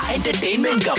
Entertainment